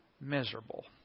miserable